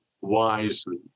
wisely